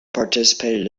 participated